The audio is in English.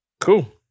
Cool